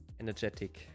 energetic